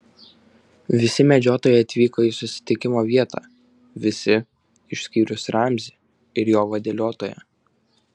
visi medžiotojai atvyko į susitikimo vietą visi išskyrus ramzį ir jo vadeliotoją